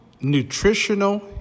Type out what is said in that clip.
nutritional